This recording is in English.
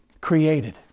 created